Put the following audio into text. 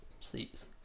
seats